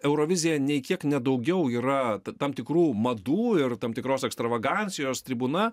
eurovizija nei kiek ne daugiau yra tam tikrų madų ir tam tikros ekstravagancijos tribūna